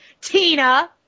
Tina